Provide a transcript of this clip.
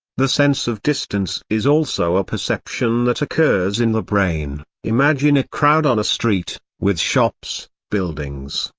the sense of distance is also a perception that occurs in the brain imagine a crowd on a street, with shops, buildings,